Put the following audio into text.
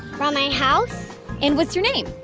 from my house and what's your name?